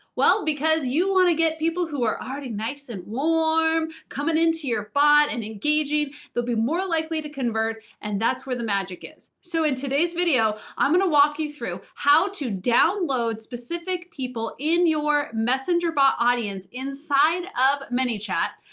well because you want to get people who are already nice and warm coming into your bot and engaging. they'll be more likely to convert, and that's where the magic is. so in today's video, i'm going to walk you through how to download specific people in your messenger bot audience inside of manychat,